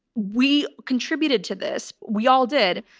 we contributed to this. we all did.